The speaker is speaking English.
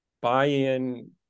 buy-in